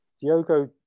Diogo